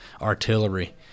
artillery